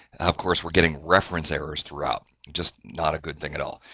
of course, we're getting reference errors throughout. just not a good thing at all.